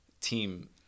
team –